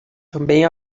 também